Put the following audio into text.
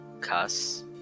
cuss